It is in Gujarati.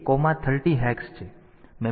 તેથી XCH a30 હેક્સ છે